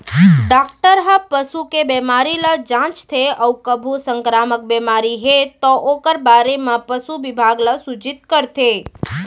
doctor हर पसू के बेमारी ल जांचथे अउ कभू संकरामक बेमारी हे तौ ओकर बारे म पसु बिभाग ल सूचित करथे